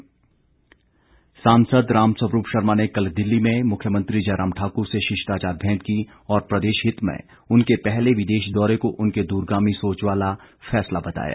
राम स्वरूप सांसद रामस्वरूप शर्मा ने कल दिल्ली में मुख्यमंत्री जयराम ठाकुर से शिष्टाचार भेंट की और प्रदेश हित में उनके पहले विदेश दौरे को उनके दूरगामी सोच वाला फैसला बताया